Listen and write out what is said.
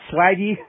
Swaggy